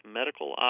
medical